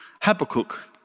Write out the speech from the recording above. Habakkuk